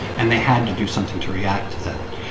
and they had to do something to react to that.